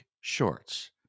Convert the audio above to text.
Shorts